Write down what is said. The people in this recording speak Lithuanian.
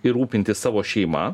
ir rūpintis savo šeima